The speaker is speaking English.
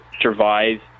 survive